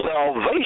salvation